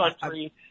country